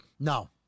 No